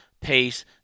pace